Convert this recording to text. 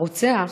הרוצח,